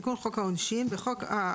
פליאטיבית)." תיקון חוק העונשין 18א רגע,